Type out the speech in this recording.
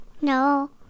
No